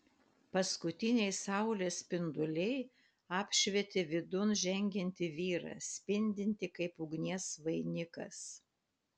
paskutiniai saulės spinduliai apšvietė vidun žengiantį vyrą spindintį kaip ugnies vainikas